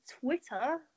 Twitter